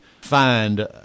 find